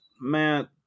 Matt